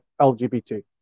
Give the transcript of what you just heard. LGBT